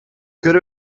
could